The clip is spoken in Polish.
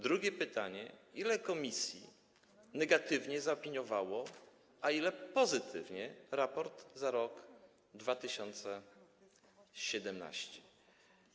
Drugie pytanie: Ile komisji negatywnie zaopiniowało, a ile pozytywnie raport za rok 2017?